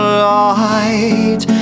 light